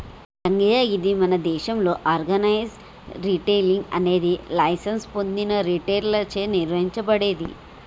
రంగయ్య గీది మన దేసంలో ఆర్గనైజ్డ్ రిటైలింగ్ అనేది లైసెన్స్ పొందిన రిటైలర్లచే నిర్వహించబడేది